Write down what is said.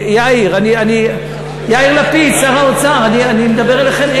יאיר לפיד, שר האוצר, אני מדבר אליכם.